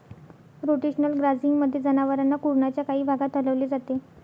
rotational ग्राझिंगमध्ये, जनावरांना कुरणाच्या काही भागात हलवले जाते